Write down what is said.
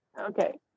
Okay